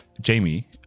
Jamie